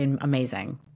amazing